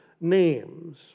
names